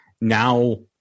now